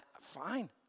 Fine